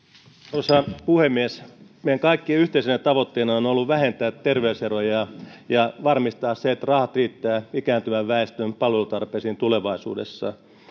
arvoisa puhemies meidän kaikkien yhteisenä tavoitteena on on ollut vähentää terveyseroja ja varmistaa se että rahat riittävät ikääntyvän väestön palvelutarpeisiin tulevaisuudessa